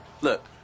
look